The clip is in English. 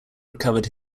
recovered